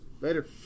Later